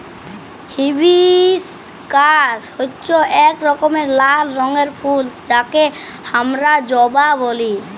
hibiscus হচ্যে এক রকমের লাল রঙের ফুল যাকে হামরা জবা ব্যলি